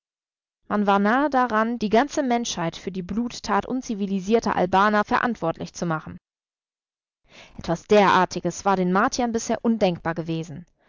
man war nahe daran die ganze menschheit für die bluttat unzivilisierter albaner verantwortlich zu machen etwas derartiges war den martiern bisher undenkbar gewesen